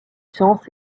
sens